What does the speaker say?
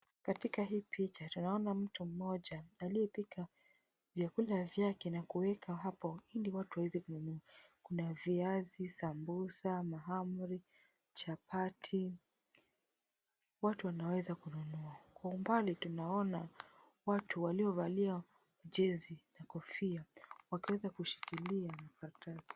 Katika hii picha, tunaona mtu mmoja aliyepika vyakula vyake, na kuweka hapo ili watu waweze kununua. Kuna viazi, sambusa, mahamri, chapati, watu wanaweza kununua. Kwa umbali tunaona watu waliovalia jezi na kofia, wakiweza kushikilia karatasi.